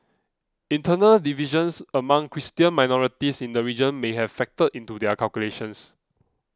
internal divisions among Christian minorities in the region may have factored into their calculations